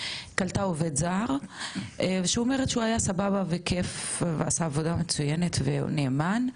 קלטה עובד זר שאומרת שהוא היה סבבה וכייף ועשה עבודה מצוינת ונאמן,